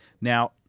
now